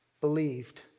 believed